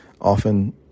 often